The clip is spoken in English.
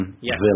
Yes